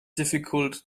difficult